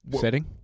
Setting